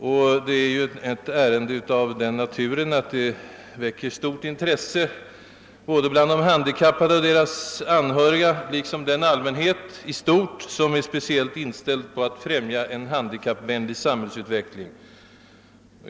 Detta ärende är ju av den naturen att det väcker stort intresse både bland de handikappade och deras anhöriga och hos den allmänhet i stort som är speciellt inställd på att söka främja en handikappvänlig samhällsutveckling.